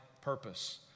purpose